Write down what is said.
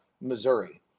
Missouri